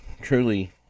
truly